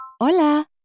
Hola